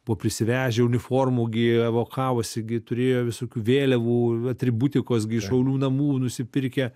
buvo prisivežę uniformų gi evakavosi gi turėjo visokių vėliavų atributikos gi šaulių namų nusipirkę